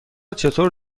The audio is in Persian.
چطور